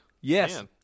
Yes